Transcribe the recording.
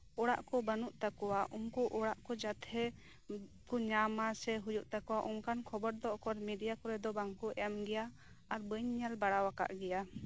ᱚᱲᱟᱜ ᱠᱚ ᱵᱟᱹᱱᱩᱜ ᱛᱟᱠᱚᱣᱟ ᱩᱱᱠᱩ ᱚᱲᱟᱜ ᱠᱚ ᱡᱟᱛᱮ ᱩᱱᱠᱩᱠᱚ ᱧᱟᱢᱟ ᱥᱮᱦᱳᱭᱳᱜ ᱛᱟᱠᱚᱣᱟ ᱚᱱᱠᱟᱱ ᱠᱷᱚᱵᱚᱨ ᱫᱚ ᱚᱠᱚᱨ ᱢᱤᱰᱤᱭᱟ ᱠᱚᱨᱮᱫᱚ ᱵᱟᱝᱠᱚ ᱮᱢᱜᱮᱭᱟ ᱟᱨ ᱵᱟᱹᱧ ᱧᱮᱞ ᱵᱟᱲᱟᱣᱟᱠᱟᱫ ᱜᱮᱭᱟ